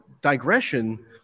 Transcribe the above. digression